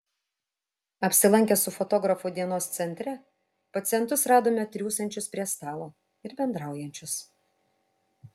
apsilankę su fotografu dienos centre pacientus radome triūsiančius prie stalo ir bendraujančius